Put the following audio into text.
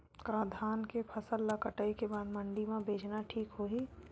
का धान के फसल ल कटाई के बाद मंडी म बेचना ठीक होही?